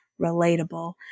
Relatable